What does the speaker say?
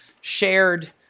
shared